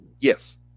Yes